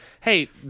Hey